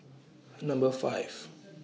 Number five